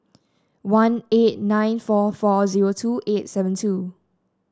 one eight nine four four zero two eight seven two